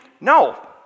No